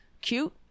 cute